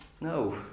No